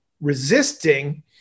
resisting